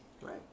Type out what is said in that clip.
Right